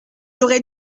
aurait